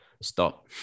Stop